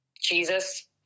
jesus